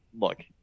look